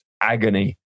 agony